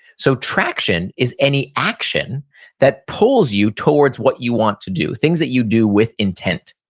so traction is any action that pulls you towards what you want to do things that you do with intent.